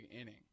inning